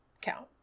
count